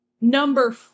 Number